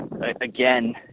again